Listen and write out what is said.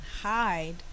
Hide